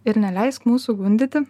ir neleisk mūsų gundyti